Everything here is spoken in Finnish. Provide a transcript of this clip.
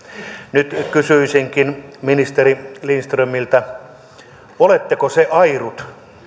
nyt kysyisinkin ministeri lindströmiltä oletteko se airut